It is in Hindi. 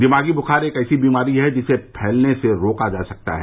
दिमागी ब्खार एक ऐसी बीमारी है जिसे फैलने से रोका जा सकता है